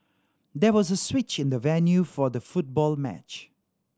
there was a switch in the venue for the football match